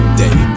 day